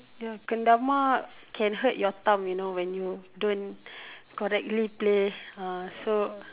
your kendama can hurt your thumb you know when you don't correctly play uh so